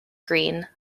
green